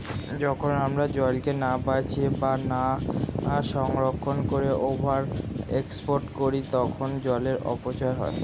যখন আমরা জলকে না বাঁচিয়ে বা না সংরক্ষণ করে ওভার এক্সপ্লইট করি তখন জলের অপচয় হয়